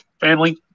family